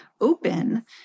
open